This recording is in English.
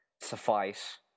suffice